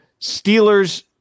Steelers